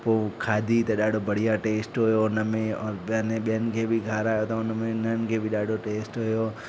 पोइ खाधी त ॾाढो बढ़िया टेस्ट हुयो उन और बने ॿियनि खे बि खारायो त उन में उन्हनि खे बि ॾाढो टेस्ट हुयो उनमें और ॿियनि ॿियनि खे बि खारायो त हुननि खे बि ॾाढो टेस्ट हुयो